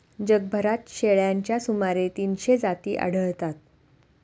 जगभरात शेळ्यांच्या सुमारे तीनशे जाती आढळतात